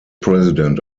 president